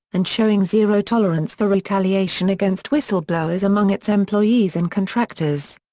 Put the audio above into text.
and showing zero tolerance for retaliation against whistleblowers among its employees and contractors.